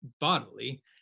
bodily